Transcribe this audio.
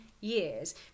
years